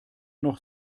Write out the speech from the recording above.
noch